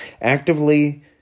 actively